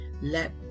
let